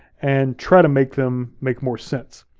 and try to make them make more sense.